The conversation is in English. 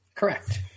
Correct